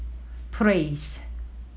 praise